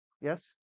Yes